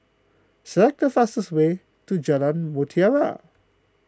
select the fastest way to Jalan Mutiara